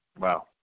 Wow